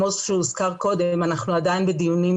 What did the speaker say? כמו שהוזכר קודם אנחנו עדיין בדיונים